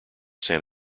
san